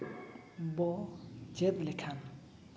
ᱵᱚ ᱪᱮᱫ ᱞᱮᱠᱷᱟᱱ